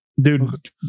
Dude